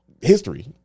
history